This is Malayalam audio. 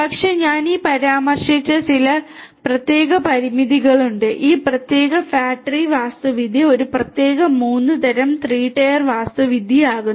പക്ഷേ ഞാൻ ഈ പരാമർശിച്ച ചില പ്രത്യേക പരിമിതികളുണ്ട് ഈ പ്രത്യേക ഫാറ്റ് ട്രീ വാസ്തുവിദ്യയെ ഒരു പ്രത്യേക 3 തരം 3 ടയർ വാസ്തുവിദ്യയാക്കുന്നു